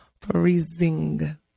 freezing